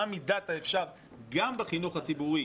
מה מידת האפשר גם בחינוך הציבורי